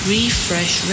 Refresh